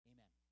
Amen